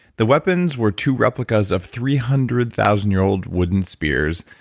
the weapons were two replicas of three hundred thousand year old wooden spears,